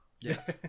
Yes